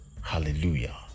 Hallelujah